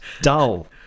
dull